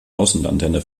außenantenne